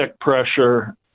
pressure